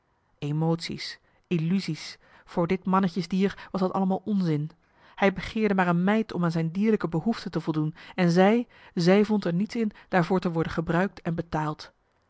emotie's illusie's voor dit mannetjes dier was dat allemaal onzin hij begeerde maar een meid om aan zijn dierlijke behoefte te voldoen en zij zij vond er niets in daarvoor te worden gebruikt en betaald